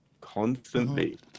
constantly